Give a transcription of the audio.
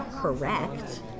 correct